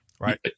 Right